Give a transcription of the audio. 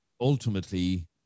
ultimately